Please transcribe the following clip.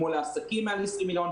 כמו לעסקים מעל 20 מיליון.